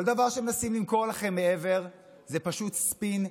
כל דבר שמנסים למכור לכם מעבר זה פשוט ספין,